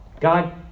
God